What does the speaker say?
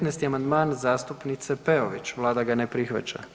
15. amandman zastupnice Peović, Vlada ga ne prihvaća.